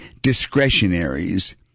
discretionaries